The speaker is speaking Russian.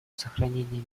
сохранения